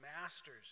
masters